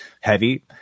heavy